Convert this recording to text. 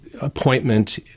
appointment